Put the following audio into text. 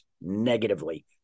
negatively